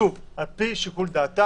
שוב, על פי שיקול דעתה.